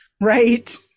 Right